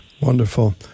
Wonderful